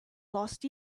last